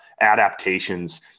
adaptations